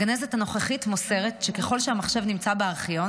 הגנזת הנוכחית מוסרת שככל שהמחשב נמצא בארכיון,